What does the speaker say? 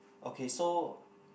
okay so